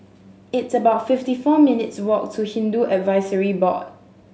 it's about fifty four minutes' walk to Hindu Advisory Board